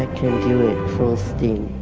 do it full steam.